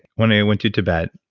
when i went to tibet,